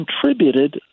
contributed